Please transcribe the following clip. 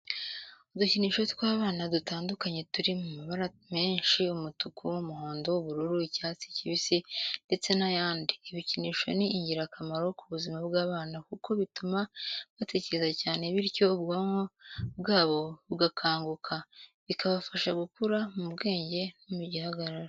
Udukinisho tw'abana dutandukanye turi mu mabara menshi, umutuku, umuhondo, ubururu, icyatsi kibisi ndetse n'ayandi. Ibikinisho ni ingirakamaro ku buzima bw'abana kuko bituma batekereza cyane bityo ubwonko bwabo bugakanguka, bikabafasha gukura mu bwenge no mu gihagararo.